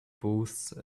booths